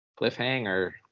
Cliffhanger